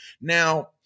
Now